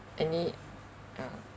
any ah